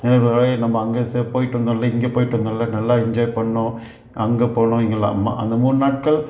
நம்ம அங்கே சரி போய்ட்டு வந்தோம்ல இங்கே போய்ட்டு வந்தோல்ல நல்லா என்ஜாய் பண்ணோம் அங்கே போனோம் எங்கள் அம்மா அந்த மூணு நாட்கள்